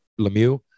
Lemieux